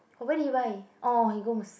oh where did you buy oh he go Mustafa